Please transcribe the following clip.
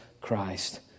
Christ